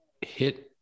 hit